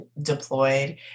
deployed